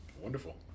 Wonderful